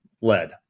lead